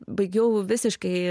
baigiau visiškai